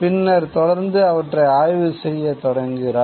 பின்னர் தொடர்ந்து அவற்றை ஆய்வு செய்யத் தொடங்குகிறார்